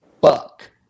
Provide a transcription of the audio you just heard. fuck